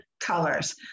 colors